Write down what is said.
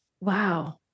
Wow